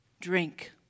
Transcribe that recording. drink